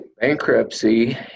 Bankruptcy